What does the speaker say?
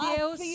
Deus